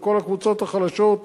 לכל הקבוצות החלשות,